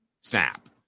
snap